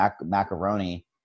Macaroni